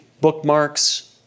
bookmarks